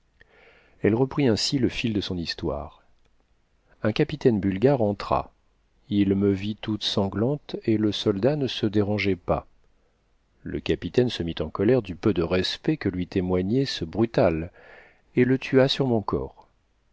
elle reprit ainsi le fil de son histoire un capitaine bulgare entra il me vit toute sanglante et le soldat ne se dérangeait pas le capitaine se mit en colère du peu de respect que lui témoignait ce brutal et le tua sur mon corps